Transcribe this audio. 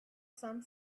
some